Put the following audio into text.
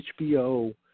HBO